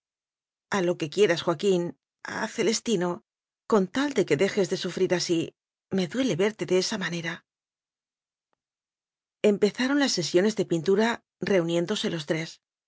a lo que quieras joaquín a celestino con tal de que dejes de sufrir así me duele verte de esa manera empezaron las sesiones de pintura re uniéndose los tres